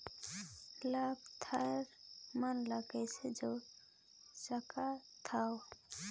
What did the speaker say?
लाभार्थी मन ल कइसे जोड़ सकथव?